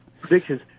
predictions